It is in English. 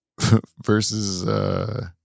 versus